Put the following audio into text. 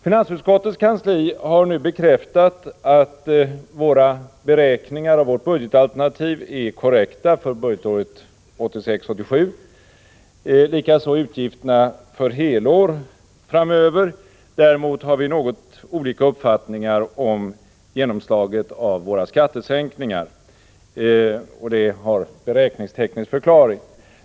Finansutskottets kansli har nu bekräftat att våra beräkningar och vårt budgetalternativ för budgetåret 1986/87 är korrekta — likaså utgifterna för helår framöver. Däremot har vi något olika uppfattningar om genomslaget av våra skattesänkningar, och det har en beräkningsteknisk förklaring.